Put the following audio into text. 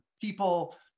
People